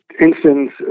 instance